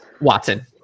Watson